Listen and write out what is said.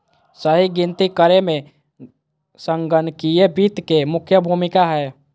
सही गिनती करे मे संगणकीय वित्त के मुख्य भूमिका हय